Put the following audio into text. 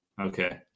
Okay